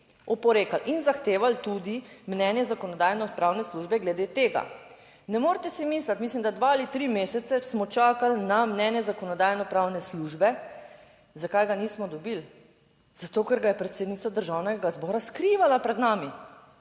Oporekali in zahtevali tudi mnenje Zakonodajno-pravne službe glede tega. Ne morete si misliti, mislim, da dva ali tri mesece smo čakali na mnenje Zakonodajno-pravne službe, zakaj ga nismo dobili, zato, ker ga je predsednica Državnega zbora skrivala pred nami.